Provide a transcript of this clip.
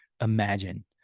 imagine